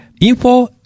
info